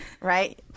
right